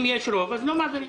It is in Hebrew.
אם יש רוב אז לא מעבירים.